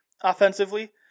offensively